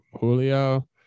Julio